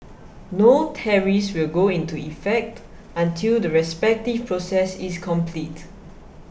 no tariffs will go into effect until the respective process is complete